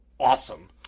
Awesome